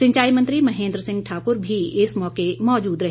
सिंचाई मंत्री महेंद्र ठाकुर भी इस मौके मौजूद रहे